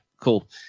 cool